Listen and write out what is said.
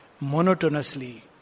monotonously